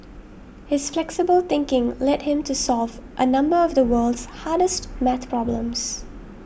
his flexible thinking led him to solve a number of the world's hardest math problems